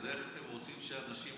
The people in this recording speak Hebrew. אז איך אתם רוצים שאנשים,